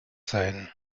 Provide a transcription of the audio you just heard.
sein